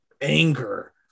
anger